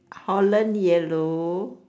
holland yellow